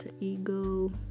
ego